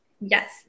Yes